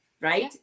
Right